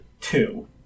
two